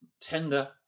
tender